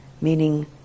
meaning